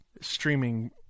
streaming